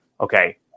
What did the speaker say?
okay